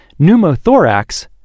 pneumothorax